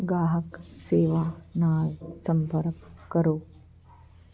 ਗਾਹਕ ਸੇਵਾ ਨਾਲ ਸੰਪਰਕ ਕਰੋ